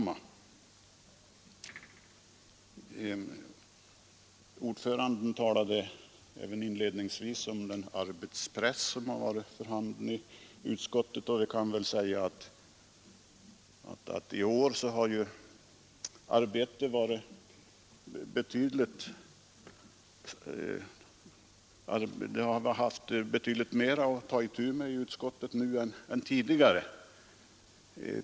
Utskottsordföranden Onsdagen den talade inledningsvis om den arbetspress som varit för handen i utskottet. 30 maj 1973 I år har utskottet haft betydligt mera att ta itu med än tidigare.